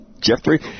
Jeffrey